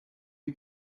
you